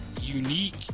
unique